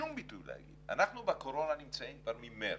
אנחנו בקורונה נמצאים כבר ממארס,